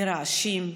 לרעשים,